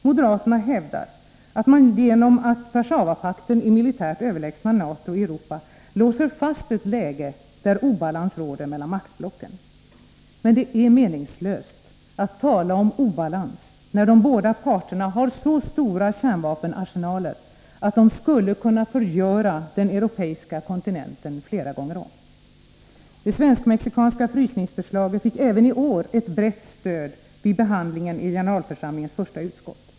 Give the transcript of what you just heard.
Moderaterna hävdar att man genom att Warszawapakten är militärt överlägsen NATO i Europa låser fast ett läge där obalans råder mellan maktblocken. Men det är meningslöst att tala om obalans, när de båda parterna har så stora kärnvapenarsenaler att de skulle kunna förgöra den europeiska kontinenten flera gånger om. Det svensk-mexikanska frysningsförslaget fick även i år ett brett stöd vid behandlingen i generalförsamlingens första utskott.